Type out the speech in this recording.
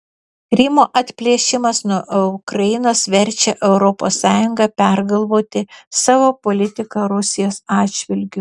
krymo atplėšimas nuo ukrainos verčia europos sąjungą pergalvoti savo politiką rusijos atžvilgiu